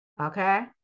okay